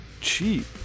cheap